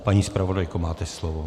Paní zpravodajko, máte slovo.